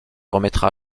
remettra